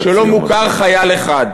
שלא מוכר חייל אחד.